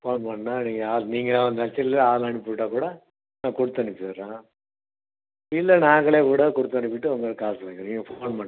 phone பண்ணினா நீங்கள் யார் நீங்களே வந்தாச்சு இல்லை ஆள் அனுப்பிவிட்டால் கூட நான் குடுத்தனுப்பிடறேன் இல்லை நாங்களே கூட கொடுத்தனுப்பிட்டு உங்களுக்கு காசு வாங்கிக்கிறோம் நீங்கள் ஃபோன் பண்